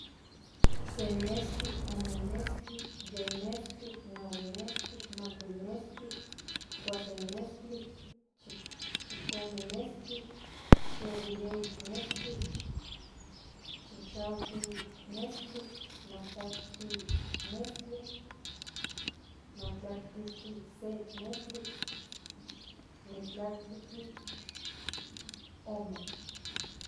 Se mezkli ome mezkli yei mezkli nahuim mezkli makuili mezkli chikuase mezkli chicome mezkli chiyei mezkli chinahui mezzkli mtajtli mezzkli matlajtlise mezkli mtlajtliome mezkli.